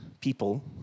people